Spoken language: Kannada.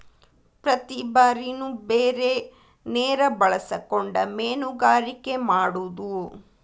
ಪ್ರತಿ ಬಾರಿನು ಬೇರೆ ನೇರ ಬಳಸಕೊಂಡ ಮೇನುಗಾರಿಕೆ ಮಾಡುದು